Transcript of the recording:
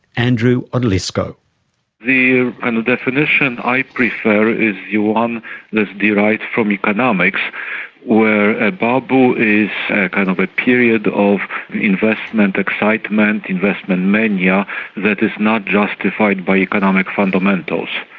andrew odlyzko the and the definition i prefer is the one that's derived from economics where a bubble is a kind of a period of investment excitement, investment mania that is not justified by economic fundamentals.